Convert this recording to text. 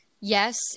yes